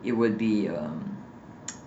it would be um